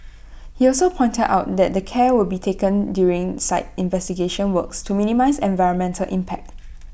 he also pointed out that care will be taken during site investigation works to minimise environmental impact